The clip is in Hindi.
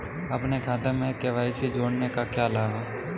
अपने खाते में के.वाई.सी जोड़ने का क्या लाभ है?